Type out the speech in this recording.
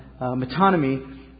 metonymy